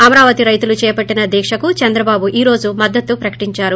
అమరావతి రైతులు చేపట్టిన దీక్షకు చంద్రబాబు ఈ రోజు మద్గతు ప్రకటించారు